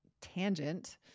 tangent